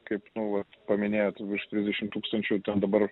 kaip nu vat paminėjot virš trisdešim tūkstančių ten dabar